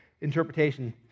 interpretation